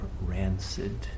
rancid